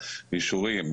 אישורים,